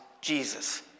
Jesus